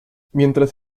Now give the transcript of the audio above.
mientras